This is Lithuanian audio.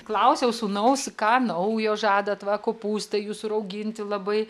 klausiau sūnaus ką naujo žadat va kopūstai jūsų rauginti labai